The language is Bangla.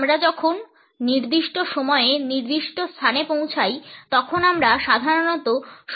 আমরা যখন নির্দিষ্ট সময়ে নির্দিষ্ট স্থানে পৌঁছাই তখন আমরা সাধারণত সময়নিষ্ঠ বলে বিবেচিত হয়